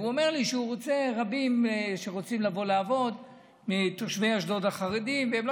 והוא אומר לי שיש רבים מתושבי אשדוד החרדים שרוצים לבוא לעבוד והם לא